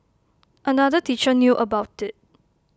another teacher knew about IT